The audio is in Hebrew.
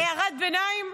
הערת ביניים?